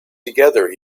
together